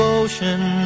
ocean